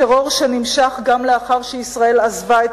טרור שנמשך גם לאחר שישראל עזבה את